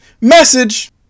Message